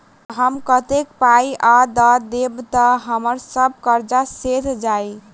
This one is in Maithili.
हम कतेक पाई आ दऽ देब तऽ हम्मर सब कर्जा सैध जाइत?